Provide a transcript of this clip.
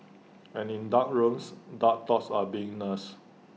and in dark rooms dark thoughts are being nursed